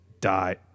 die